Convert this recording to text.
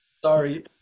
sorry